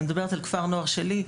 אני מדברת על כפר הנוער שלי,